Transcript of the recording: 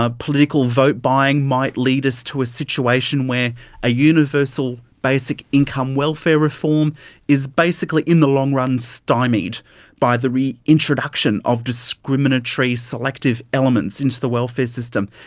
ah political vote buying might lead us to a situation where a universal basic income welfare reform is basically in the long run stymied by the reintroduction of discriminatory selective elements into the welfare system.